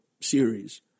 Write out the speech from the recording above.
series